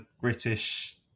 British